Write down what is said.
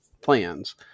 plans